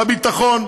בביטחון,